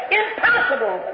impossible